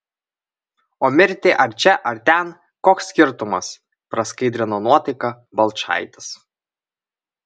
o mirti ar čia ar ten koks skirtumas praskaidrino nuotaiką balčaitis